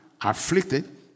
afflicted